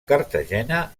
cartagena